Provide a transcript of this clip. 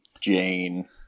Jane